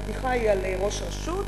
הבדיחה היא על ראש רשות.